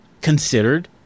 considered